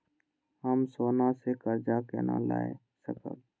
हम सोना से कर्जा केना लाय सकब?